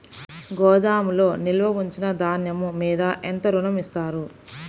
గోదాములో నిల్వ ఉంచిన ధాన్యము మీద ఎంత ఋణం ఇస్తారు?